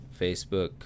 Facebook